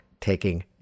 taking